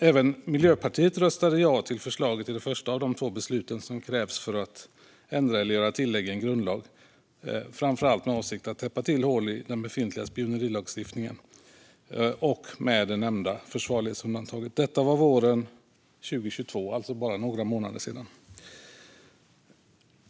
Även Miljöpartiet röstade ja till förslaget i det första av de två beslut som krävs för att ändra eller göra tillägg i en grundlag, framför allt med avsikt att täppa till hål i den befintliga spionerilagstiftningen, med det nämnda försvarlighetsundantaget. Detta var våren 2022, alltså för bara några månader sedan.